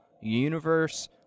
universe